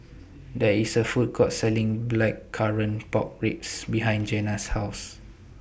There IS A Food Court Selling Blackcurrant Pork Ribs behind Jena's House